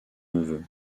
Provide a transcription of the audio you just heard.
neveu